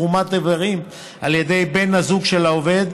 בשל תרומת איברים על ידי בן הזוג של העובד,